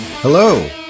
Hello